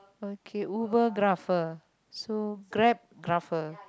okay Ubergrapher so Grabgrapher